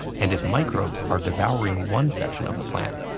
and if microbes are devouring one section of the plant,